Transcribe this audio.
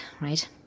right